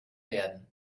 werden